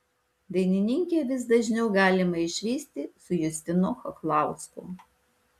dainininkę vis dažniau galima išvysti su justinu chachlausku